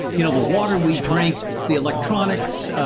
you know the water we drink, the electronics,